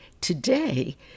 today